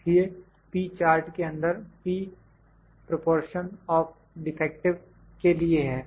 इसलिए p chart के अंदर p प्रिपरेशन ऑफ डिफेक्टिव के लिए है